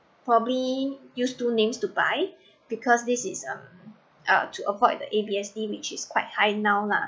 probably use two names to buy because this is um to avoid the A_B_S_D which is quite high now lah